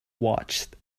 watched